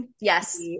Yes